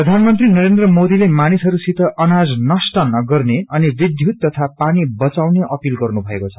प्रधानमंत्री नरेन्द्र मोदीले मानिसहरूसित अनाज बर्वाद नगर्ने अनि विध्यूत तथा पानी बचाउने अपील गर्नु भएको छ